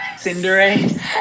Cinderay